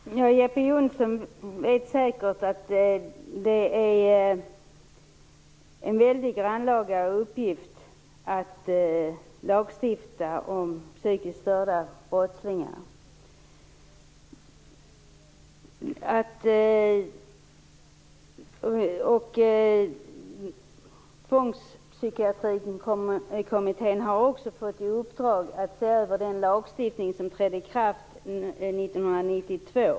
Fru talman! Jeppe Johnsson vet säkert att det är en väldigt grannlaga uppgift att lagstifta om psykiskt störda brottslingar. Tvångspsykiatrikommittén har också fått i uppdrag att se över den lagstiftning som trädde i kraft 1992.